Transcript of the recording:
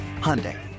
Hyundai